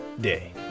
day